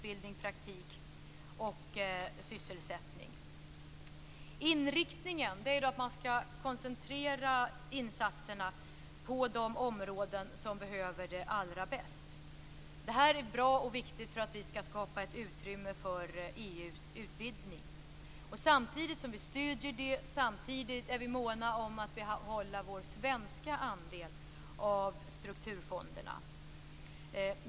Inriktningen är att man skall koncentrera insatserna på de områden som behöver det allra bäst. Det här är bra och viktigt för att vi skall skapa ett utrymme för EU:s utvidgning. Samtidigt som vi stöder är vi måna om att behålla vår svenska andel av strukturfonderna.